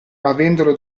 avendolo